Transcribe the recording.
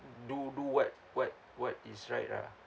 do do what what what is right ah